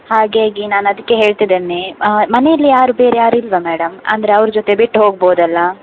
ಹಾಗಾಗಿ ನಾನು ಅದಕ್ಕೆ ಹೇಳ್ತಿದ್ದೇನೆ ಮನೆಯಲ್ಲಿ ಯಾರೂ ಬೇರೆ ಯಾರೂ ಇಲ್ಲವ ಮೇಡಮ್ ಅಂದರೆ ಅವ್ರ ಜೊತೆ ಬಿಟ್ಟು ಹೋಗ್ಬೋದಲ್ವಾ